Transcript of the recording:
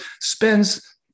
spends